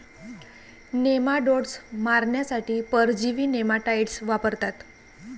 nematodes मारण्यासाठी परजीवी nematicides वापरतात